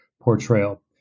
portrayal